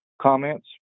comments